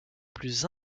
plus